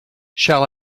shall